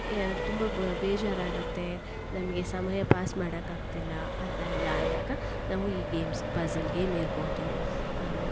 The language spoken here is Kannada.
ತುಂಬ ಬೇಜಾರಾಗತ್ತೆ ನಮಗೆ ಸಮಯ ಪಾಸ್ ಮಾಡೋಕ್ಕಾಗ್ತಿಲ್ಲ ಅಂತ ಎಲ್ಲ ಅಂದಾಗ ನಾವು ಈ ಗೇಮ್ಸ್ ಪಝಲ್ ಗೇಮ್ ಇರ್ಬೋದು